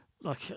look